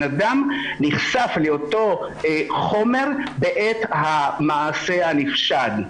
אדם נחשף לאותו חומר בעת המעשה הנפשע.